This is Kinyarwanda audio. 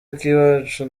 akiwacu